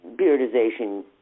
periodization